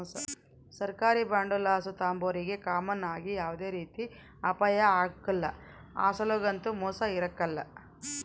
ಸರ್ಕಾರಿ ಬಾಂಡುಲಾಸು ತಾಂಬೋರಿಗೆ ಕಾಮನ್ ಆಗಿ ಯಾವ್ದೇ ರೀತಿ ಅಪಾಯ ಆಗ್ಕಲ್ಲ, ಅಸಲೊಗಂತೂ ಮೋಸ ಇರಕಲ್ಲ